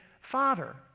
Father